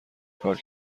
کار